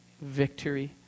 victory